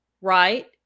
right